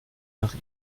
nach